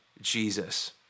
Jesus